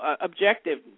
objective